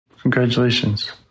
Congratulations